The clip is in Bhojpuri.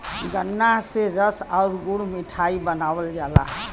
गन्रा से रस आउर गुड़ मिठाई बनावल जाला